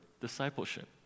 discipleship